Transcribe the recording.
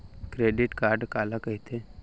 Credit card काला कहिथे?